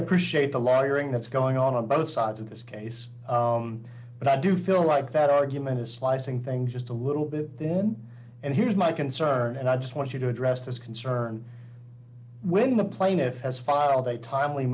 appreciate the lawyering that's going on on both sides of this case but i do feel like that argument is slicing thing just a little bit then and here's my concern and i just want you to address this concern when the plaintiff has filed a timely